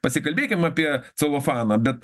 pasikalbėkim apie celofaną bet